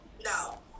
No